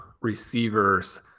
receivers